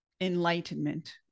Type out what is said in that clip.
enlightenment